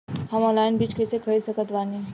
हम ऑनलाइन बीज कइसे खरीद सकत बानी?